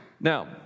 Now